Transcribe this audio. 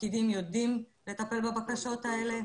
הפקידים יודעים לטפל בבקשות האלה,